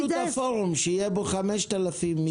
תגדילו את הפורום שיהיו בו 5,000 איש.